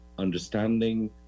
Understanding